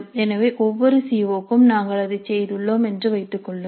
எனவே ஒவ்வொரு C O க்கும் நாங்கள் அதைச் செய்துள்ளோம் என்று வைத்துக் கொள்ளுங்கள்